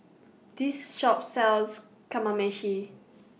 This Shop sells Kamameshi